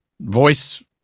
voice